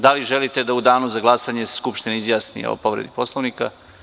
Da li želite da se u Danu za glasanje Skupština izjasni o povredi Poslovnika?